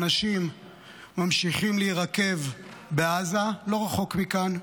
אנשים ממשיכים להירקב בעזה, לא רחוק מכאן,